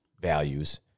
values